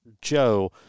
Joe